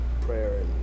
prayer